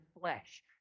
flesh